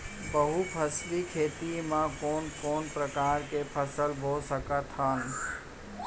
बहुफसली खेती मा कोन कोन प्रकार के फसल बो सकत हन?